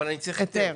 אבל אני צריך היתר.